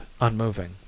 unmoving